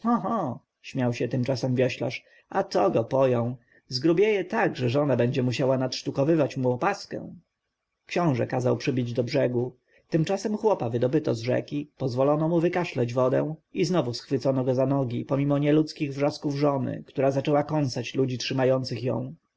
śmiał się tymczasem wioślarz a to go poją zgrubieje tak że żona będzie musiała nadsztukować mu opaskę książę kazał przybić do brzegu tymczasem chłopa wydobyto z rzeki pozwolono mu wykaszlać wodę i znowu schwycono go za nogi pomimo nieludzkich wrzasków żony która zaczęła kąsać ludzi trzymających ją